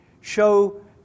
show